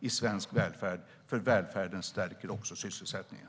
i svensk välfärd, för välfärden stärker också sysselsättningen.